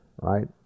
right